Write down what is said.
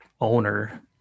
owner